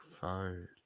phone